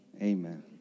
Amen